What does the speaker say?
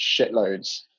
shitloads